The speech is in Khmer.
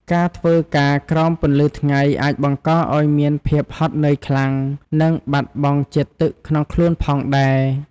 ការធ្វើការក្រោមពន្លឺថ្ងៃអាចបង្កឱ្យមានភាពហត់នឿយខ្លាំង និងបាត់បង់ជាតិទឹកក្នុងខ្លួនផងដែរ។